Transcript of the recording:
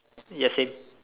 ya same